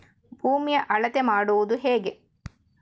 ಭೂಮಿಯ ಅಳತೆ ಮಾಡುವುದು ಹೇಗೆ?